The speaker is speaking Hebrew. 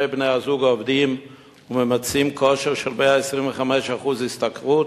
בני-הזוג עובדים וממצים כושר של 125% השתכרות?